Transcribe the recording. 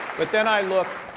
but then i look,